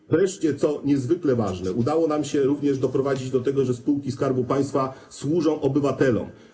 I wreszcie, co niezwykle ważne, udało nam się również doprowadzić do tego, że spółki Skarbu Państwa służą obywatelom.